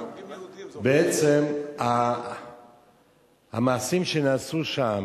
בעצם המעשים שנעשו שם